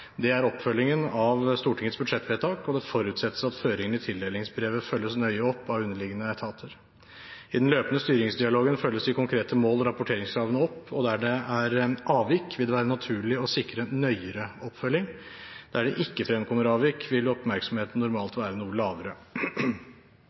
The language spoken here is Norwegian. Det er oppfølgingen av Stortingets budsjettvedtak, og det forutsettes at føringene i tildelingsbrevet følges nøye opp av underliggende etater. I den løpende styringsdialogen følges de konkrete mål og rapporteringskrav opp, og der det er avvik, vil det være naturlig å sikre nøyere oppfølging. Der det ikke fremkommer avvik, vil oppmerksomheten normalt være noe lavere.